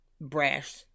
brash